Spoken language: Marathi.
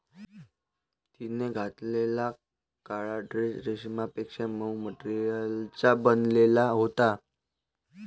तिने घातलेला काळा ड्रेस रेशमापेक्षा मऊ मटेरियलचा बनलेला होता